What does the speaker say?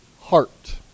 heart